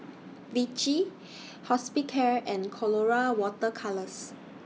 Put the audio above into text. Vichy Hospicare and Colora Water Colours